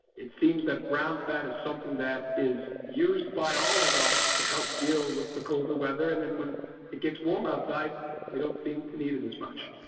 it seems that brown fat is something that is used by all of us to help deal with the colder weather and then when it gets warmer outside we don't seem to need it as much.